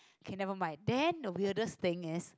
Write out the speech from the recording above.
okay nevermind then the weirdest thing is